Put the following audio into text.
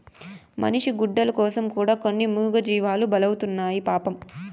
మనిషి గుడ్డల కోసం కూడా కొన్ని మూగజీవాలు బలైతున్నాయి పాపం